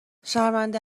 شرمنده